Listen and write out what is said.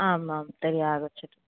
आमां तर्हि आगच्छतु